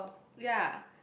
ya